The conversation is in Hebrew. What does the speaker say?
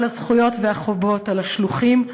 כל הזכויות והחובות על השלוחים,